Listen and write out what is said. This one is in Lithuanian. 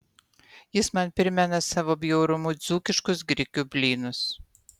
jis man primena savo bjaurumu dzūkiškus grikių blynus